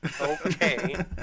Okay